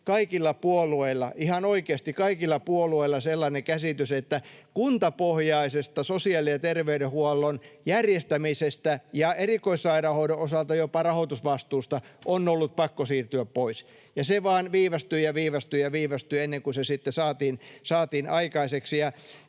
kaikilla puolueilla — ihan oikeasti kaikilla puolueilla — sellainen käsitys, että kuntapohjaisesta sosiaali- ja terveydenhuollon järjestämisestä ja erikoissairaanhoidon osalta jopa rahoitusvastuusta on ollut pakko siirtyä pois, ja se vaan viivästyi ja viivästyi ja viivästyi ennen kuin se sitten saatiin aikaiseksi.